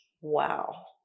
wow